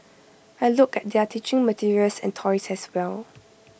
I looked at their teaching materials and toys as well